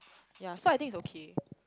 ya so I think it's okay